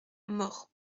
maurs